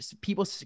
People